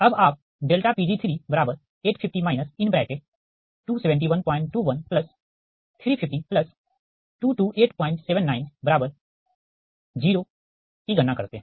अब आप Pg3850 271213502287900 की गणना करते हैं